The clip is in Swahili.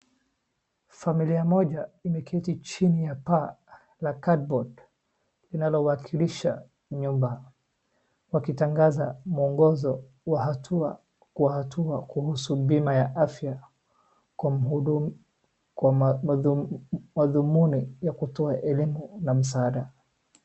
Familia moja imeketi chini ya paa la cardboard linalo wakilisha nyumba. Wakitangaza mwongozo wa watu kwa hatua kuhusu bima ya afya kwa mhudumu kwa wadhumuni ya kutoa elimu na msaada.